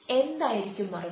എന്തായിരിക്കും മറുപടി